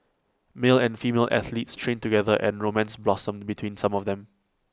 male and female athletes trained together and romance blossomed between some of them